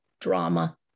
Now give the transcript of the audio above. drama